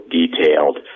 detailed